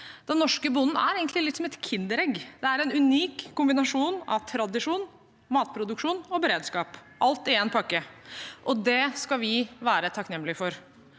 Den norske bonden er egentlig litt som et kinderegg. Det er en unik kombinasjon av tradisjon, matproduksjon og beredskap – alt i én pakke – og det skal vi være takknemlig for.